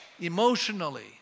emotionally